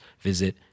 visit